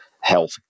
health